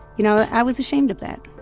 you know, i was ashamed of that